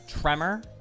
Tremor